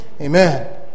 Amen